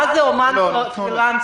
מה זה אומן פרילנסר?